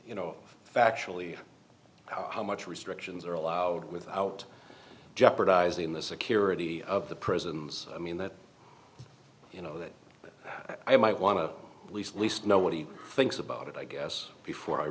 factually how much restrictions are allowed without jeopardizing the security of the prisons i mean that you know that i might want to least least know what he thinks about it i guess before i